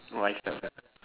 or I start first